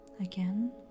Again